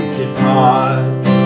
depart